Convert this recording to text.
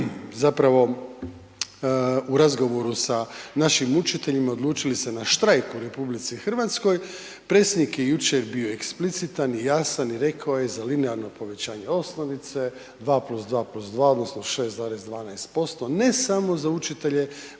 zapravo u razgovoru sa našim učiteljima odlučili se na štrajk u RH, predsjednik je jučer bio eksplicitan i jasan i rekao je za linearno povećanje osnovice 2+2+2 odnosno 6,12% ne samo za učitelje